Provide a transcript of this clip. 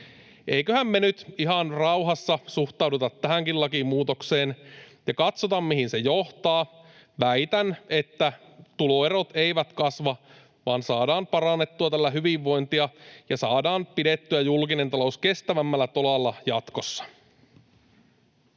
Eiköhän me nyt ihan rauhassa suhtauduta tähänkin lakimuutokseen ja katsotaan, mihin se johtaa. Väitän, että tuloerot eivät kasva, vaan saadaan parannettua tällä hyvinvointia ja saadaan pidettyä julkinen talous kestävämmällä tolalla jatkossa.